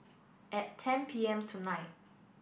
at ten P M tonight